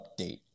update